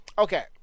Okay